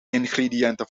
ingrediënten